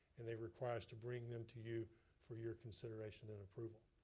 and they require us to bring them to you for your consideration and approval.